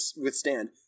withstand